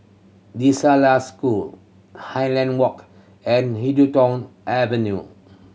La School Highland Walk and Huddington Avenue